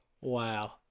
Wow